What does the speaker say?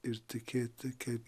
ir tikėti kaip